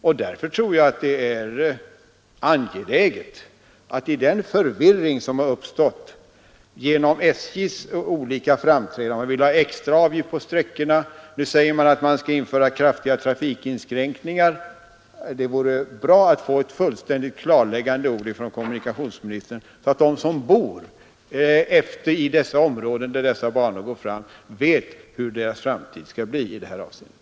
I den förvirring som nu har uppstått genom SJ:s olika framträdanden, där man har sagt att man vill införa extra avgifter på sträckorna och att man skall införa kraftiga trafikinskränkningar, vore det angeläget att få ett klarläggande ord från kommunikationsministern så att de människor som bor i de områden där dessa banor går fram vet hur deras framtid skall bli i det här avseendet.